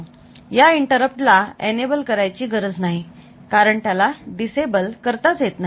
या इंटरप्ट ला एनेबल करायची गरज नाही कारण त्याला डिसेबल करताच येत नाही